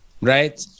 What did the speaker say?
right